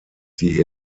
die